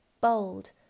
bold